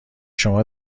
شما